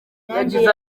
yagize